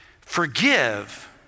Forgive